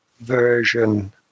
version